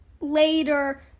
later